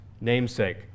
namesake